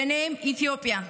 ובהן אתיופיה.